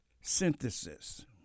synthesis